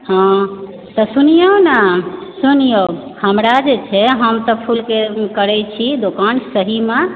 हँ तऽ सुनिऔ ने सुनिऔ हमरा जे छै हम तऽ फुलके करै छी दोकान सहीमे